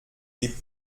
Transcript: wie